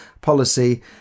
policy